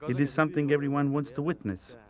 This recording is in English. it is something everyone wants to witness.